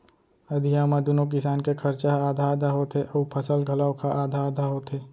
अधिया म दूनो किसान के खरचा ह आधा आधा होथे अउ फसल घलौक ह आधा आधा होथे